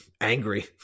angry